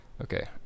Okay